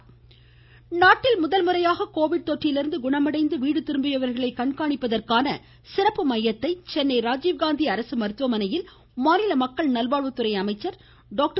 விஜயபாஸ்கர் நாட்டில் முதல்முறையாக கோவிட் தொற்றிலிருந்து குணமடைந்து வீடு திரும்பியவர்களை கண்காணிப்பதற்கான சிறப்பு மையத்தை சென்னை ராஜீவ் காந்தி அரசு மருத்துவமனையில் மாநில மக்கள் நல்வாழ்வுத்துறை அமைச்சர் டாக்டர்